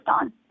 on